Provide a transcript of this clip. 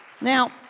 Now